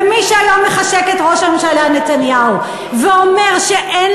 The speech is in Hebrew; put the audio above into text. ומי שהיום מחשק את ראש הממשלה נתניהו ואומר שאין